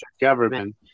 government